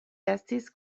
estis